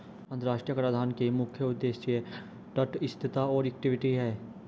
अंतर्राष्ट्रीय कराधान के मुख्य उद्देश्य तटस्थता और इक्विटी हैं